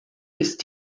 ist